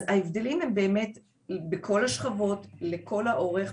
אז ההבדלים הם באמת בכל השכבות ולכל האורך,